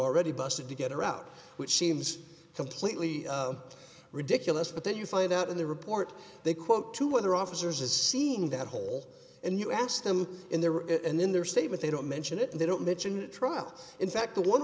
already busted to get her out which seems completely ridiculous but then you find out in the report they quote two other officers a scene that whole and you ask them in there and then their statement they don't mention it and they don't mention a trial in fact